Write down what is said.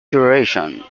duration